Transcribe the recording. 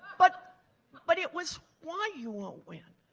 but but it was why you won't win.